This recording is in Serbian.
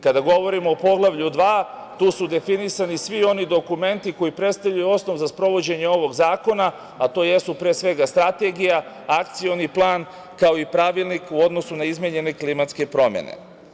Kada govorimo o poglavlju dva, tu su definisani svi oni dokumenti koji predstavljaju osnov za sprovođenje ovog zakona, a to jesu pre svega strategija, akcioni plan, kao i pravilnik u odnosu na izmenjene klimatske promene.